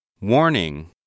Warning